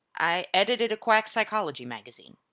i edited a quack psychology magazine.